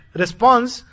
response